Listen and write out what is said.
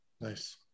Nice